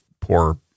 poor